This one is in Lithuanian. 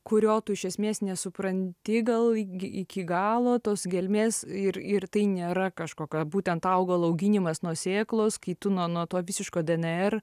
kurio tu iš esmės nesupranti gal gi iki galo tos gelmės ir ir tai nėra kažkokio būtent augalo auginimas nuo sėklos kai tu nuo nuo to visiško dnr